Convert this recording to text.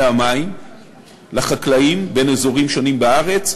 המים לחקלאים בין אזורים שונים בארץ,